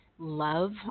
love